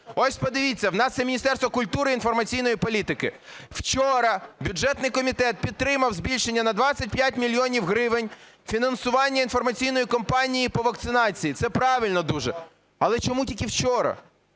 Ось подивіться, в нас є Міністерство культури та інформаційної політики. Вчора бюджетний комітет підтримав збільшення на 25 мільйонів гривень фінансування інформаційної кампанії по вакцинації. Це правильно дуже. Але чому тільки вчора?